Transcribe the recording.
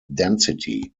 density